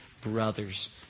brothers